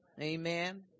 Amen